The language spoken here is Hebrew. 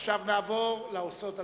עכשיו נעבור לעושות במלאכה.